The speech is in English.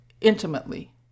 intimately